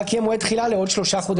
רק יהיה מועד תחילה לעוד 3 חודשים.